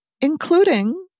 including